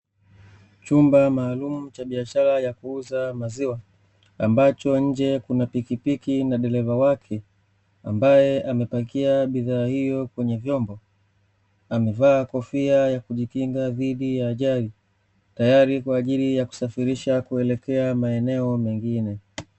Chumba maalumu cha biashara ya kuuza maziwa, ambacho nje kuna pikipiki na dereva wake ambaye amepakia bidhaa hiyo kwenye vyombo, amevaa kofia ya kujikinga dhidi ya ajali, tayari kwa ajili ya kusafirisha kuelekea maeneo mengine.